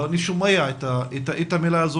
אבל אני שומע את המילה הזאת